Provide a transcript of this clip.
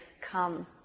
come